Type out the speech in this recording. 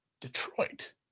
Detroit